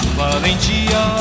valentia